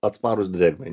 atsparūs drėgmei